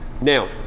Now